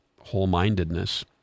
whole-mindedness